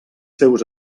seus